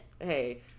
hey